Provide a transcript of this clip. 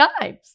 times